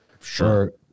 Sure